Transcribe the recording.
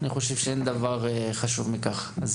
אני חושב שאין דבר חשוב מכך.